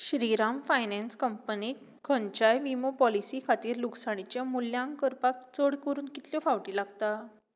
Shriram finance कंपनीक खंयच्याय विमो पॉलिसी खातीर लुकसाणीचें मुल्यांक करपाक चड करून कितल्यो फावटी लागता